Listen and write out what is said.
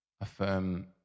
affirm